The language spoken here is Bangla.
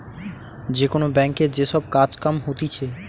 যে কোন ব্যাংকে যে সব কাজ কাম হতিছে